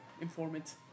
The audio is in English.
informant